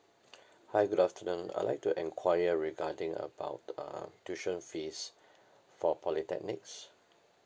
hi good afternoon I'd like to enquire regarding about uh tuition fees for polytechnics